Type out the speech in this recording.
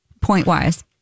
point-wise